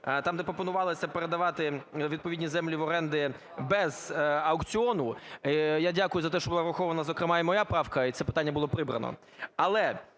там, де пропонувалося передавати відповідні землі в оренду без аукціону. Я дякую за те, що була врахована, зокрема і моя правка, і це питання було прибрано.